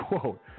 quote